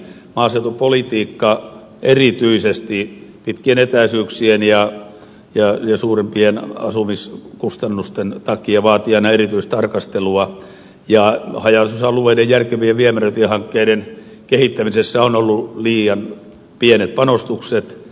maaseutupolitiikka erityisesti pitkien etäisyyksien ja suurempien asumiskustannusten takia vaatii aina erityistarkastelua ja haja asutusalueiden järkevien viemäröintihankkeiden kehittämisessä on ollut liian pienet panostukset